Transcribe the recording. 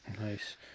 Nice